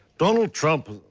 donald trump.